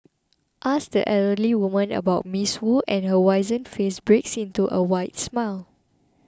ask the elderly woman about Ms Wu and her wizened face breaks into a wide smile